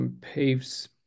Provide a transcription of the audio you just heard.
paves